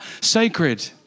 sacred